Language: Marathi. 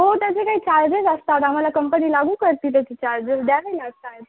हो त्याचे काही चार्जेस असतात आम्हाला कंपनी लागू करते त्याचे चार्जेस द्यावे लागतात